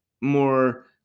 more